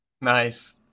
Nice